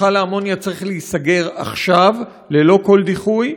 מכל האמוניה צריך להיסגר עכשיו, ללא כל דיחוי.